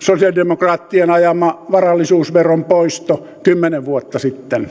sosialidemokraattien ajama varallisuusveron poisto kymmenen vuotta sitten